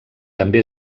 també